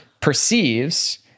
perceives